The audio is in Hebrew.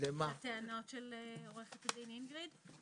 לטענות של עו"ד אינגריד?